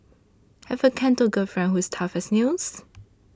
have a Canto girlfriend who's tough as nails